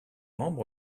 membre